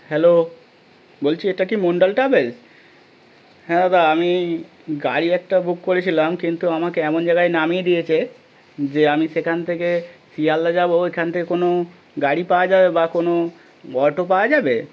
hello বলছি এটা কি মন্ডল ট্রাভেলস হ্যাঁ দাদা আমি গাড়ি একটা বুক করেছিলাম কিন্তু আমাকে এমন জায়গায় নামিয়ে দিয়েছে যে আমি সেখান থেকে শিয়ালদা যাবো ওইখান থেকে কোনো গাড়ি পাওয়া যাবে বা কোনো অটো পাওয়া যাবে